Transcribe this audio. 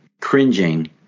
cringing